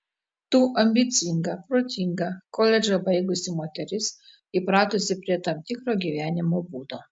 tu ambicinga protinga koledžą baigusi moteris įpratusi prie tam tikro gyvenimo būdo